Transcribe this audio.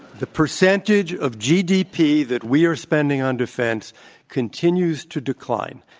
the percentage of gdp that we are spending on defense continues to decline.